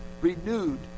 renewed